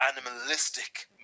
animalistic